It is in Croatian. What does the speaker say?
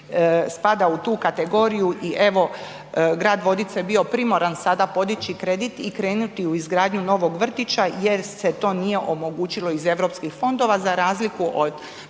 spada u tu kategoriju i evo grad Vodice je bio primoran sada podići kredit i krenuti u izgradnju novog vrtića jer se to nije omogućilo iz Europskih fondova, za razliku od